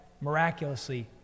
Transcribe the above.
miraculously